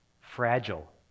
Fragile